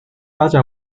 发展